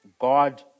God